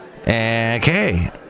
Okay